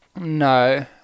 No